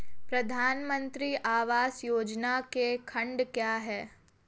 प्रधानमंत्री आवास योजना के खंड क्या हैं?